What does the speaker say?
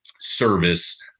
service